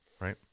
right